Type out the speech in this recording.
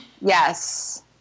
yes